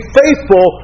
faithful